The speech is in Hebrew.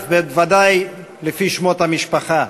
בוודאי לפי שמות המשפחה: